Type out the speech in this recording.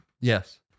Yes